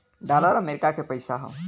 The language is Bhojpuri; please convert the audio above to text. डॉलर अमरीका के पइसा हौ